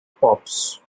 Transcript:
pops